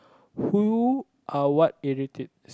who or what irritates